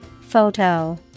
Photo